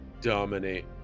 dominate